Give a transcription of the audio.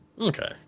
Okay